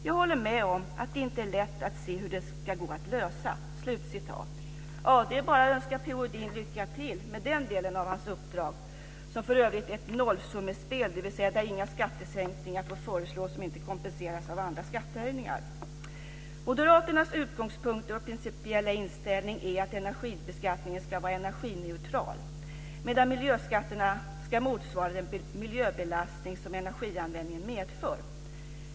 Jag håller med om att det inte är lätt att se hur det ska gå att lösa. Det är bara att önska P-O Edin lycka till med den delen av hans uppdrag, som för övrigt är ett nollsummespel. Inga skattesänkningar får föreslås som inte kompenseras av skattehöjningar. Moderaternas utgångspunkter och principiella inställning är att energibeskattningen ska vara energineutral medan miljöskatterna ska motsvara den miljöbelastning som energianvändningen medför.